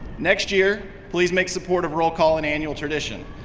next year, please make support of roll call an annual tradition,